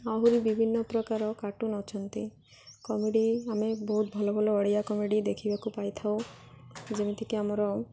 ଆହୁରି ବିଭିନ୍ନ ପ୍ରକାର କାର୍ଟୁନ୍ ଅଛନ୍ତି କମେଡ଼ି ଆମେ ବହୁତ ଭଲ ଭଲ ଓଡ଼ିଆ କମେଡ଼ି ଦେଖିବାକୁ ପାଇଥାଉ ଯେମିତିକି ଆମର